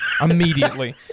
immediately